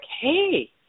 hey